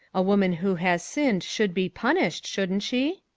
a woman who has sinned should be punished, shouldn't she?